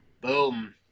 Boom